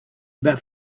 about